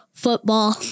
Football